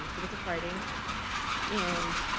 it was a friday and